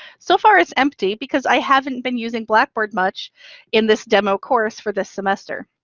so far it's empty because i haven't been using blackboard much in this demo course for this semester.